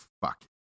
fuck